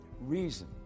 reason